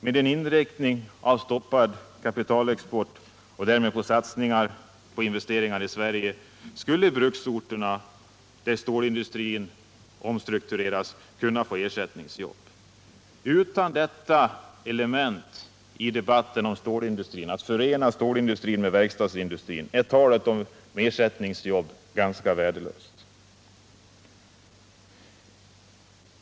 Med en inriktning på stoppad kapitalexport och därmed satsning på investeringar i Sverige skulle de bruksorter där stålindustrin omstruktureras kunna få ersättningsjobb. Utan detta element i debatten om stålindustrin, att förena stålindustrin med verkstadsindustrin, är talet om ersättningsjobb ganska värdelöst.